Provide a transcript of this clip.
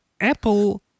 Apple